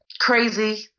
Crazy